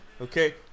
Okay